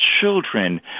children